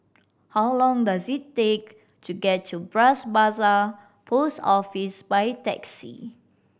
how long does it take to get to Bras Basah Post Office by taxi